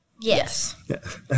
Yes